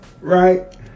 Right